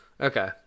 Okay